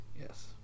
yes